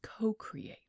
co-create